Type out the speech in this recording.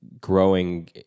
growing